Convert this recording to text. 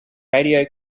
radio